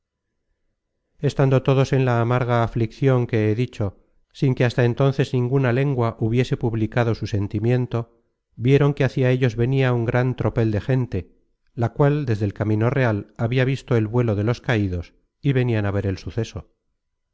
estando todos en la amarga afliccion que he dicho sin que hasta entonces ninguna lengua hubiese publicado su sentimiento vieron que hacia ellos venia un gran tropel de gente la cual desde el camino real habia visto el vuelo de los caidos y venian á ver el suceso